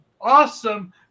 awesome